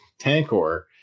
Tankor